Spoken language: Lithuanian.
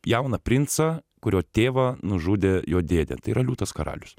jauną princą kurio tėvą nužudė jo dėdė tai yra liūtas karalius